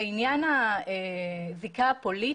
לעניין הזיקה הפוליטית,